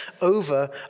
over